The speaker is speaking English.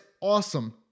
awesome